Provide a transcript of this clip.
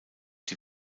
die